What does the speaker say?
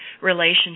relationship